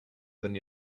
than